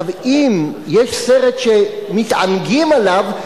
אם יש סרט שמתענגים עליו,